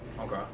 Okay